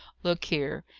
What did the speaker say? look here!